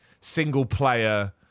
single-player